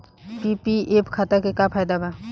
PPF खाता के का फायदा बा?